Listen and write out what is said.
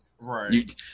Right